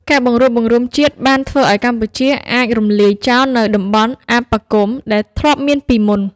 ការបង្រួបបង្រួមជាតិបានធ្វើឱ្យកម្ពុជាអាចរំលាយចោលនូវតំបន់អបគមន៍ដែលធ្លាប់មានពីមុន។